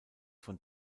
von